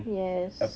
yes